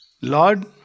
Lord